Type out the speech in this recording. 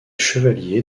chevalier